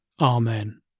Amen